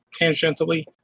tangentially